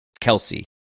Kelsey